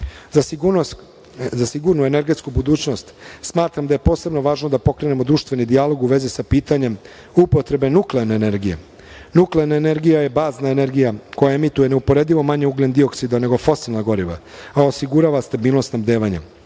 sigurnu energetsku budućnost smatram da je posebno važno da pokrenemo društveni dijalog u vezi sa pitanjem upotrebe nuklearne energije. Nuklearna energija je bazna energija, koja emituje neuporedivo manje ugljen-dioksida nego fosilna goriva, a osigurava stabilnost snabdevanja.